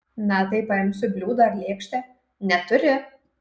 na tai paimsiu bliūdą ar lėkštę neturi